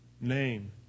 name